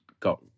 got